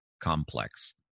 complex